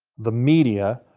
the media,